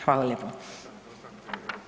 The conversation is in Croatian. Hvala lijepo.